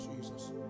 Jesus